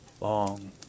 Long